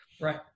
right